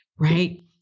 right